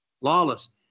Lawless